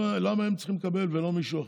למה הם צריכים לקבל, ולא מישהו אחר?